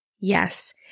Yes